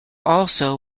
also